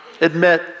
Admit